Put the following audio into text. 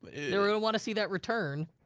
they're gonna wanna see that return.